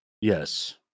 Yes